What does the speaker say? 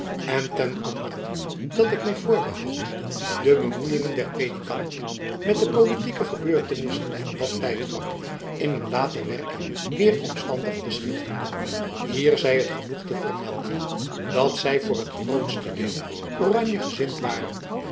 en ten anderen dat ik my voorbehoud die bemoejingen der predikanten met de politieke gebeurtenissen van dat tijdvak in een later werk meer omstandig te schilderen hier jacob van lennep elizabeth musch zij het genoeg te vermelden dat zy voor het grootste deel oranjegezind waren